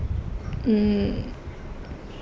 mm